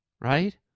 Right